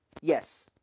yes